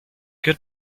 good